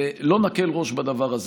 ולא נקל ראש בדבר הזה.